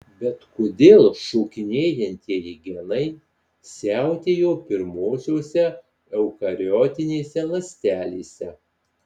bet kodėl šokinėjantieji genai siautėjo pirmosiose eukariotinėse ląstelėse